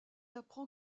apprend